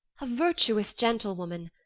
a virtuous gentlewoman,